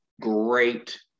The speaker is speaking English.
great